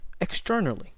externally